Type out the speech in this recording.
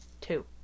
Two